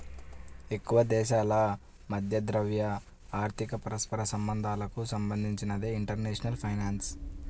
ఎక్కువదేశాల మధ్య ద్రవ్య, ఆర్థిక పరస్పర సంబంధాలకు సంబంధించినదే ఇంటర్నేషనల్ ఫైనాన్స్